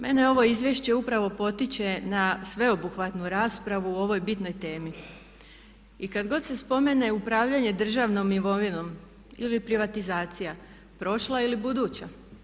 Mene ovo izvješće upravo potiče na sveobuhvatnu raspravu o ovoj bitnoj temi i kad god se spomene upravljanje državnom imovinom ili privatizacija, prošla ili buduća.